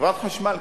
לחברת החשמל,